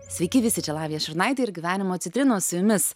sveiki visi čia lavija šurnaitė ir gyvenimo citrinos su jumis